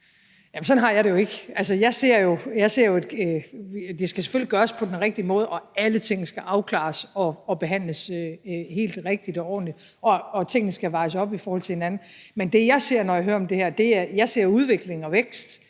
side? Sådan har jeg det jo ikke. Det skal selvfølgelig gøres på den rigtige måde, alle tingene skal afklares og behandles helt rigtigt og ordentligt, og tingene skal vejes op i forhold til hinanden. Men når jeg hører om det her, ser jeg udvikling og vækst,